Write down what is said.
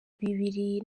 bibiri